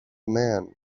man